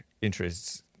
interests